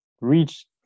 reach